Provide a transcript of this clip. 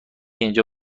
اینجا